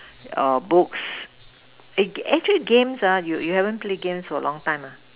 or books eh actually games ah you you haven't play games for a long time ah